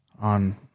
on